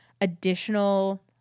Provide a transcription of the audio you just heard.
additional